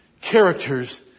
characters